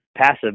passive